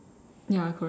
ya correct